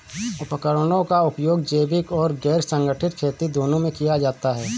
उपकरणों का उपयोग जैविक और गैर संगठनिक खेती दोनों में किया जाता है